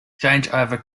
changeover